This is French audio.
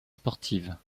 sportives